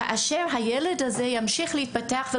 כאשר הילד הזה ימשיך להתפתח,